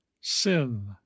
sin